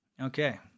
Okay